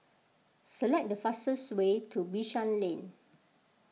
select the fastest way to Bishan Lane